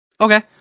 okay